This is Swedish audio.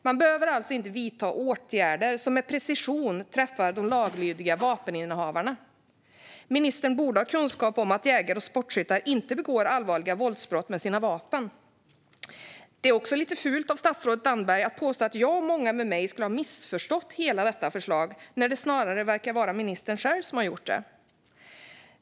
Man behöver inte vidta åtgärder som med precision träffar de laglydiga vapeninnehavarna. Ministern borde ha kunskap om att jägare och sportskyttar inte begår allvarliga våldsbrott med sina vapen. Det är också lite fult av statsrådet Damberg att påstå att jag och många med mig skulle ha missförstått hela detta förslag, när det snarare verkar vara ministern själv som har gjort det.